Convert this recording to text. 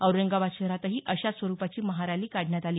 औरंगाबाद शहरातही अशाच स्वरूपाची महारॅली काढण्यात आली